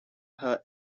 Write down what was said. her